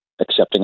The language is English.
accepting